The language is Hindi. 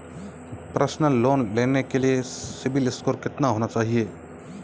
पर्सनल लोंन लेने के लिए सिबिल स्कोर कितना होना चाहिए?